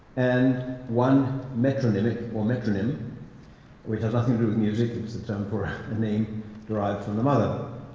and one metronymic, or metronym which has nothing to do with music, it's the term for a name derived from the mother